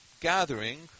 gathering